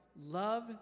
Love